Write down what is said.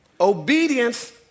Obedience